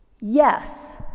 yes